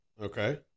Okay